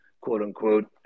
quote-unquote